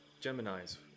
Gemini's